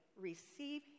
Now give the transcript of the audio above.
receive